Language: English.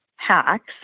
hacks